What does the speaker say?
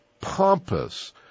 pompous